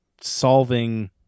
solving